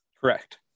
Correct